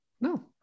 No